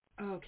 Okay